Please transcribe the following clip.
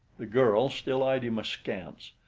the girl still eyed him askance.